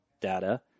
data